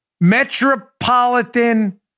Metropolitan